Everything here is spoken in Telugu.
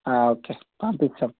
ఓకే పంపిస్తాం